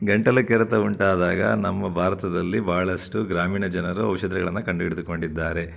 ಗಂಟಲು ಕೆರೆತ ಉಂಟಾದಾಗ ನಮ್ಮ ಭಾರತದಲ್ಲಿ ಭಾಳಷ್ಟು ಗ್ರಾಮೀಣ ಜನರು ಔಷಧಿಗಳನ್ನು ಕಂಡುಹಿಡಿದುಕೊಂಡಿದ್ದಾರೆ